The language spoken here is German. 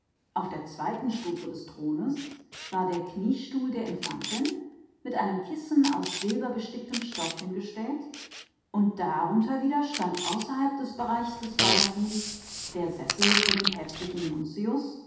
auf der zweiten stufe des thrones stand der knieschemel der infantin mit einem kissen aus silbergewirktem tuch und noch etwas tiefer und außer dem bereich des thronhimmels stand der sessel für den päpstlichen